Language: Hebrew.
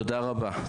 תודה רבה.